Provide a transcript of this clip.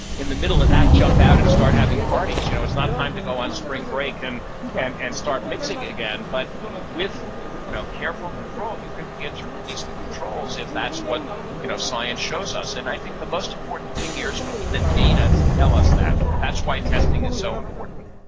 in the middle of that, jump out and start having parties. you know it's not time to go on spring break and and and start mixing again. but with you know careful control, you can begin to release the controls if that's what you know science shows us. and i think the most important thing here is we need the data to tell us that. that's why testing is so important.